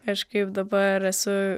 aš kaip dabar esu